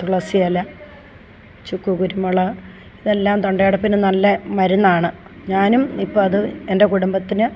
തുളസി ഇല ചുക്ക് കുരുമുളക് ഇതെല്ലാം തൊണ്ടയടപ്പിന് നല്ല മരുന്നാണ് ഞാനും ഇപ്പം അത് എൻ്റെ കുടുംബത്തിന്